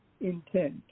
intent